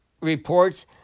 reports